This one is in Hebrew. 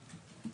שנה.